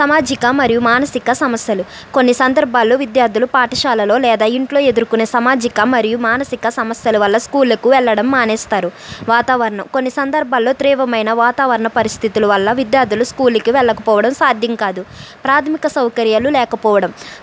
సామాజిక మరియు మానసిక సమస్యలు కొన్ని సందర్భాల్లో విద్యార్థులు పాఠశాలలో లేదా ఇంట్లో ఎదుర్కునే సామాజిక మరియు మానసిక సమస్యల వల్ల స్కూలుకు వెళ్లడం మానేస్తారు వాతావరణం కొన్ని సందర్భాల్లో తీవ్రమైన వాతావరణ పరిస్థితుల వల్ల విద్యార్థులు స్కూల్కి వెళ్లకపోవడం సాధ్యం కాదు ప్రాథమిక సౌకర్యాలు లేకపోవడం